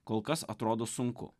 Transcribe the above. kol kas atrodo sunku